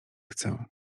chcę